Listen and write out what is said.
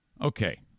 okay